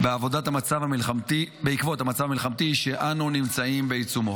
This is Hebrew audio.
בעקבות המצב המלחמתי שאנו נמצאים בעיצומו.